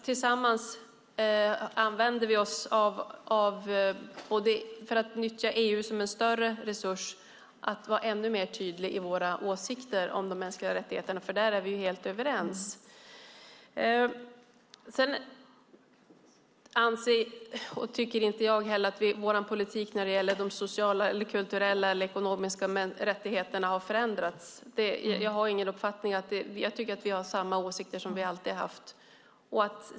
Tillsammans använder vi oss av EU som en resurs för att vara ännu tydligare i våra åsikter om de mänskliga rättigheterna, för där är vi helt överens. Jag tycker inte att vår politik när det gäller sociala, kulturella eller ekonomiska rättigheter har förändrats. Jag tycker att vi har samma åsikter som vi alltid har haft.